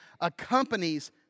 accompanies